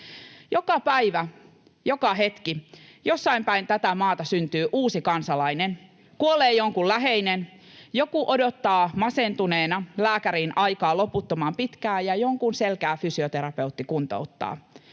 Joka päivä, joka hetki jossain päin tätä maata syntyy uusi kansalainen, kuolee jonkun läheinen, joku odottaa masentuneena lääkäriin aikaa loputtoman pitkään, ja jonkun selkää fysioterapeutti kuntouttaa.